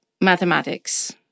Mathematics